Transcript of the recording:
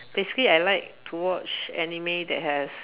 basically I like to watch anime that has